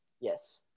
Yes